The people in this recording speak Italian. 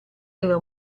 era